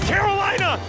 Carolina